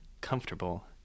comfortable